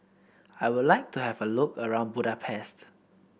I would like to have a look around Budapest